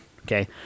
Okay